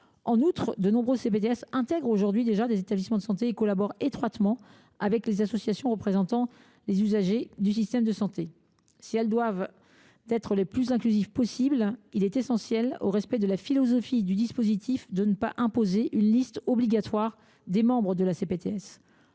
En outre, de nombreuses CPTS intègrent déjà des établissements de santé et collaborent étroitement avec des associations représentant les usagers du système de santé. Si nous souhaitons les rendre aussi inclusives que possible, il est essentiel au respect de la philosophie du dispositif de ne pas imposer une liste obligatoire des membres de la CPTS.